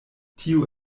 tio